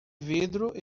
vidro